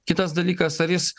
kitas dalykas ar jis